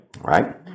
Right